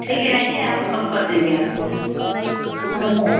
ठीक है आइए हम कम कर देंगे आपको नमस्कार